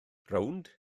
rownd